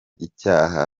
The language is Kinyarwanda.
icyaha